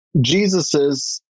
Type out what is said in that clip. Jesus's